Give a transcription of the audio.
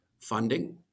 funding